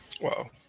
wow